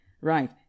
right